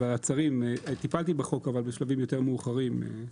אבל טיפלתי בחוק בשלבים יותר מאוחרים.